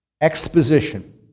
Exposition